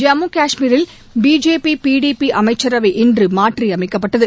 ஜம்மு காஷ்மீரில் BJP PDP அமைச்சரவை இன்று மாற்றியமைக்கப்பட்டது